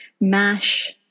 MASH